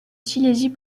silésie